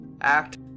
Act